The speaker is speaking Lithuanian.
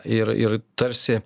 ir ir tarsi